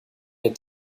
der